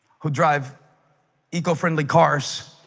could drive eco-friendly cars